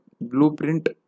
blueprint